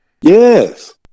Yes